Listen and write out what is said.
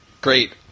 Great